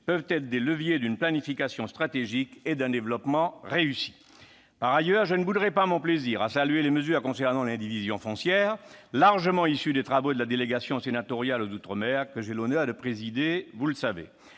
peuvent être les leviers d'une planification stratégique et de développement réussie. Par ailleurs, je ne bouderai pas mon plaisir et saluerai les mesures concernant l'indivision foncière, largement issues des travaux de la délégation sénatoriale aux outre-mer, que j'ai l'honneur de présider. En Polynésie